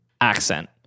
accent